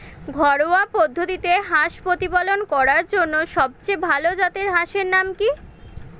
ঘরোয়া পদ্ধতিতে হাঁস প্রতিপালন করার জন্য সবথেকে ভাল জাতের হাঁসের নাম কি?